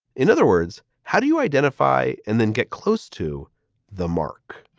in other words, how do you identify and then get close to the mark?